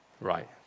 Right